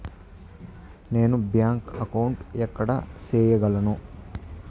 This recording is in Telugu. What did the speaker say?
నేను బ్యాంక్ అకౌంటు ఎక్కడ సేయగలను